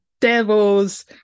devil's